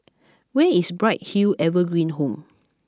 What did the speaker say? where is Bright Hill Evergreen Home